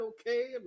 okay